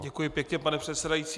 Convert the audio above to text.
Děkuji pěkně, pane předsedající.